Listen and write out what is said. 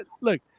Look